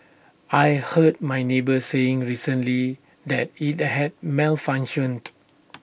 I heard my neighbour saying recently that IT had malfunctioned